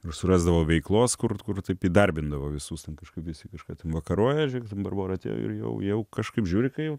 ir surasdavo veiklos kur kur taip įdarbindavo visus nes ten kažką visi iškart vakaroja žiūrėk barbora atėjo ir jau jau kažkaip žiūri kai